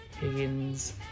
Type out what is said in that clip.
Higgins